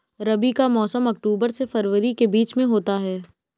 रबी का मौसम अक्टूबर से फरवरी के बीच में होता है